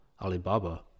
Alibaba